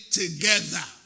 together